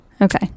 Okay